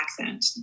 accent